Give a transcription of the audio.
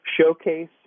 showcase